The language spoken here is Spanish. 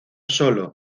solo